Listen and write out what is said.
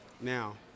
Now